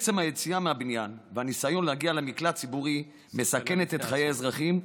עצם היציאה מהבניין והניסיון להגיע למקלט ציבורי מסכנת את חיי האזרחים,